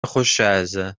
rocheuses